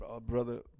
Brother